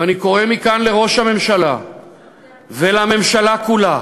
ואני קורא מכאן לראש הממשלה ולממשלה כולה